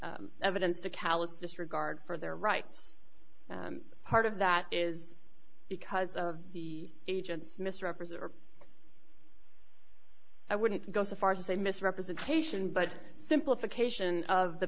evidence to callous disregard for their rights part of that is because of the agents misrepresent or i wouldn't go so far to say misrepresentation but simplification of the